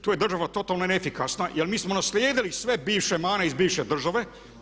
Tu je država totalno neefikasna jer mi smo naslijedili sve bivše mane iz bivše države.